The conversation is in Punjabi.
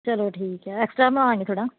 ਚਲੋ ਠੀਕ ਹੈ ਐਕਸਟਰਾ ਬਣਾ ਲਵਾਂਗੇ ਥੋੜ੍ਹਾ